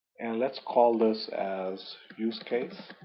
and let's call this as use case.